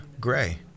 Gray